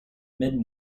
mid